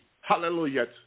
Hallelujah